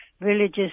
villages